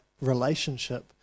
relationship